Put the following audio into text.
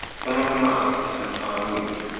some of the malays, and the siamese.